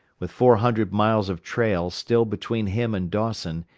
with four hundred miles of trail still between him and dawson,